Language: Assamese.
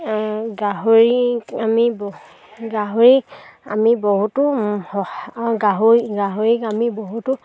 গাহৰিক আমি গাহৰিক আমি বহুতো গাহৰি গাহৰিক আমি বহুতো